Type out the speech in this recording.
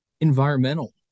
environmental